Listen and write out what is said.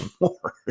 more